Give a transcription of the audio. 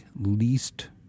least